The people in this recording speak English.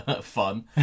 fun